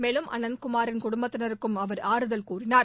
மேலும் அனந்தகுமாரின் குடும்பத்தினருக்கும் அவர் ஆறுதல் கூறினார்